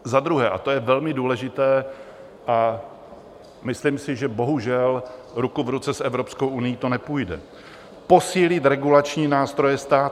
Za druhé, a to je velmi důležité a myslím si, že bohužel ruku v ruce s Evropskou unií to nepůjde, posílit regulační nástroje státu.